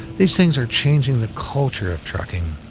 these things are changing the culture of trucking,